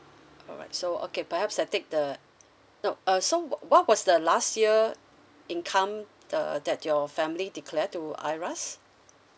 alright so okay perhaps I take the nope uh so what was the last year income the that your family declared to IRAS